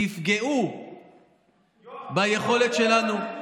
תפגעו ביכולת שלנו,